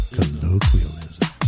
Colloquialism